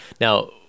now